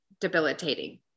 debilitating